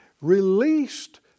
released